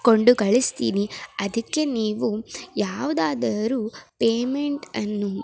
ಕೊಂಡು ಕಳಿಸ್ತೀನಿ ಅದಕ್ಕೆ ನೀವು ಯಾವುದಾದರೂ ಪೇಮೆಂಟನ್ನು